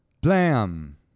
blam